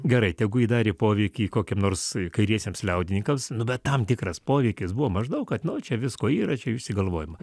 gerai tegu ji darė poveikį kokiam nors kairiesiems liaudininkams nu bet tam tikras poreikis buvo maždaug kad nu čia visko yra čia išsigalvojima